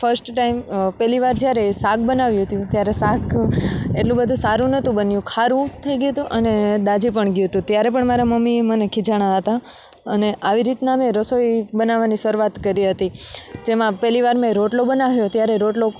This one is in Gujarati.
ફર્સ્ટ ટાઈમ પહેલીવાર જ્યારે શાક બનાવ્યું હતું ત્યારે શાક એટલું બધું સારું નહોતું બન્યું ખારું થઈ ગયું હતું અને દાઝી પણ ગયું હતું ત્યારે પણ મારાં મમ્મીએ મને ખીજાણાં હતાં અને આવી રીતનાં મેં રસોઈ બનાવવાની શરૂઆત કરી હતી જેમાં પહેલીવાર મેં રોટલો બનાવ્યો ત્યારે રોટલો